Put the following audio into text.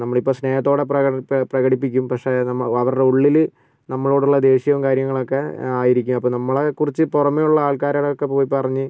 നമ്മളിപ്പോൾ സ്നേഹത്തോടെ പ്രകടിപ്പിക്കും പ്രകടിപ്പിക്കും പക്ഷേ അവരുടെ ഉള്ളിൽ നമ്മളോടുള്ള ദേഷ്യവും കാര്യങ്ങളൊക്കെ ആയിരിക്കും അപ്പോൾ നമ്മളെക്കുറിച്ച് പുറമെ ഉള്ള ആൾക്കാരോടൊക്കെ പോയി പറഞ്ഞ്